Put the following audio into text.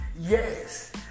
yes